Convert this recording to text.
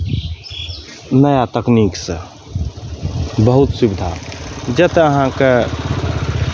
नया तकनीकसँ बहुत सुविधा जतय अहाँकेँ